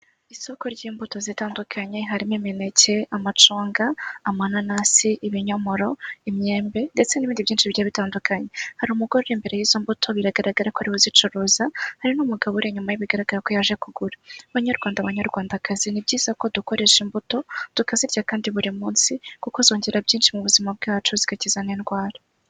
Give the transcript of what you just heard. Isoko ry'imbuto zitandukanye harimo imineke, amacunga, amananasi, ibinyomoro, imyembe ndetse n'ibindi byinshi bigiye bitandukanye, hari umugore uri imbere y'izo mbuto biragaragara ko ari we uzicaruza, hari n'umugabo uri inyuma ye bigaragara ko yaje kugura. Banyarwanda, banyarwandakazi ni byiza ko dukoresha imbuto tukazirya kandi buri munsi, kuko zongera byinshi mu buzima bwacu zigakiza n'indwara.